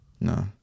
no